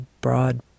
broad